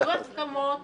היו הסכמות